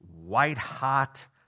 white-hot